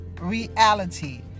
reality